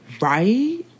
Right